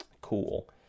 cool